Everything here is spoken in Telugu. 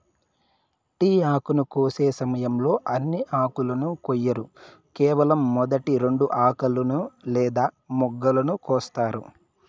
టీ ఆకును కోసే సమయంలో అన్ని ఆకులను కొయ్యరు కేవలం మొదటి రెండు ఆకులను లేదా మొగ్గలను కోస్తారు